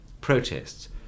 protests